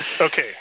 Okay